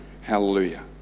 hallelujah